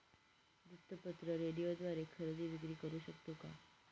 वृत्तपत्र, रेडिओद्वारे खरेदी विक्री करु शकतो का?